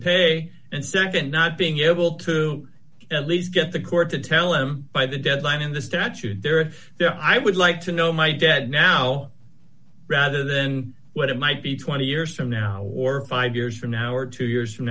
pay and nd not being able to at least get the court to tell him by the deadline in the statute there if i would like to know my dad now rather than what it might be twenty years from now or five years from now or two years from